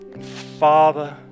Father